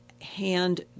hand